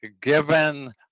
Given